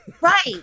right